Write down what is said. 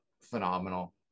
phenomenal